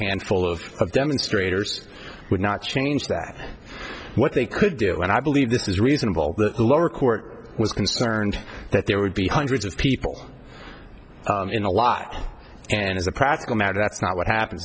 handful of demonstrators would not change that what they could do and i believe this is reasonable the lower court was concerned that there would be hundreds of people in the lot and as a practical matter that's not what happen